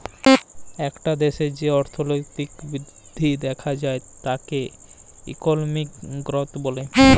একটা দ্যাশের যে অর্থলৈতিক বৃদ্ধি দ্যাখা যায় তাকে ইকলমিক গ্রথ ব্যলে